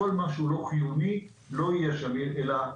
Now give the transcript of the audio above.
וכל מה שהוא לא חיוני לא יהיה שם אלא יורחק.